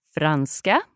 Franska